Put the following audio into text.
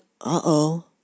uh-oh